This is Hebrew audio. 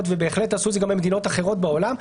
ובהחלט עשו את זה גם במדינות אחרות בעולם,